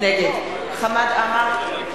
נגד חמד עמאר,